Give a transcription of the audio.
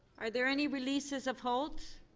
are there any releases of holds?